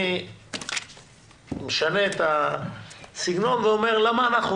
אני משנה את הסגנון ואומר למה אנחנו